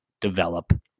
develop